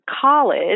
college